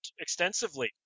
extensively